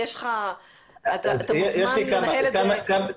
אתה מוזמן לנהל את זה מולם.